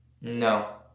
No